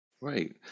Right